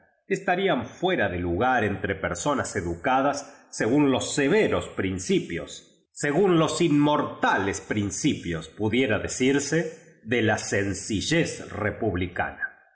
estarían fuera fie lugar entre personas educa das según los severos principios según los inmortales prin el fantasma de canterville cipios pudiera decirse de la sencillez re publicana